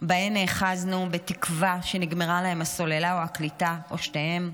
שבהן נאחזנו בתקווה שנגמרה להם הסוללה או הקליטה או שתיהן,